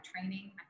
training